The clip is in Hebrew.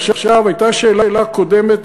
עכשיו, הייתה שאלה קודמת.